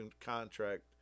contract